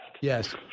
Yes